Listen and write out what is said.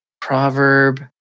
proverb